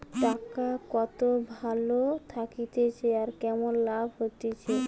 টাকা কত ভালো থাকতিছে আর কেমন লাভ হতিছে